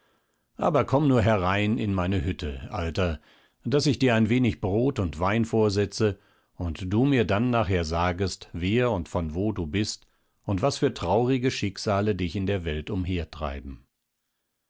aber komm nur herein in meine hütte alter daß ich dir ein wenig brot und wein vorsetze und du mir dann nachher sagest wer und von wo du bist und was für traurige schicksale dich in der welt